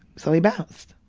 so he bounced.